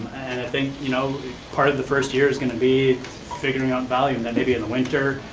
and i think, you know part of the first year's gonna be figuring out value. that may be in the winter.